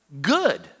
good